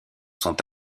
sont